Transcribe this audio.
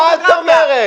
מה את אומרת?